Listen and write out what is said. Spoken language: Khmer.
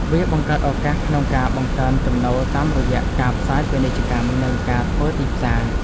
វាបង្កើតឱកាសក្នុងការបង្កើនចំណូលតាមរយៈការផ្សាយពាណិជ្ជកម្ម និងការធ្វើទីផ្សារ។